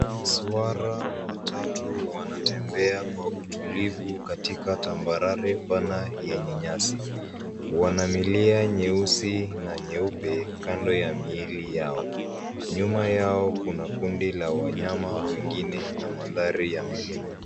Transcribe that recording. Swara watatu wanatembea kwa utulivu katika tambarare pana yenye nyasi. Wana milia nyeusi na nyeupe kando ya miili yao. Nyuma yao kuna kundi la wanyama wengine na mandhari ya milima.